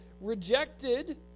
rejected